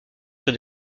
sur